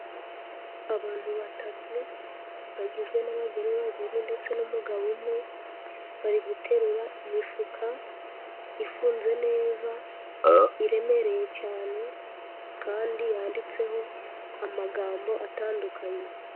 Abantu batatu bagizwe n'abagore babiri ndetse n'umugabo umwe, bari guterura imifuka ifunze neza iremereye cyane, kandi yanditseho amagambo atandukanye.